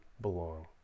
belong